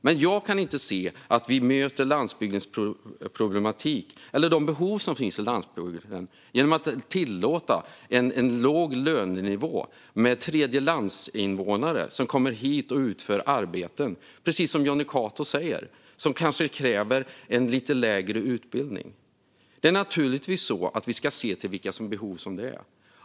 Men jag kan inte se att vi möter landsbygdens problematik eller de behov som finns på landsbygden genom att tillåta en låg lönenivå för tredjelandsinvånare som kommer hit och utför arbeten som - precis som Jonny Cato säger - kanske har lite lägre krav på utbildning. Det är naturligtvis så att vi ska se till vilka behov som finns.